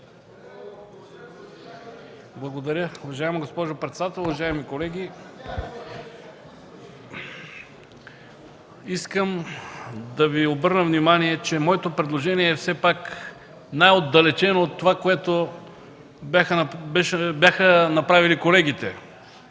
Благодаря. Уважаема госпожо председател, уважаеми колеги! Искам да Ви обърна внимание, че моето предложение е все пак най-отдалечено от това, което бяха направили колегите.